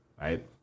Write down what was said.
right